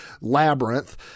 Labyrinth